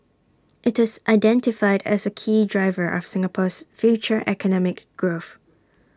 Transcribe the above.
IT is identified as A key driver of Singapore's future economic growth